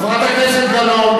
חברת הכנסת גלאון.